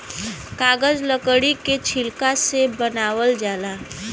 कागज लकड़ी के छिलका से बनावल जाला